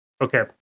Okay